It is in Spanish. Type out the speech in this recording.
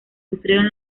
sufrieron